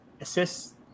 assist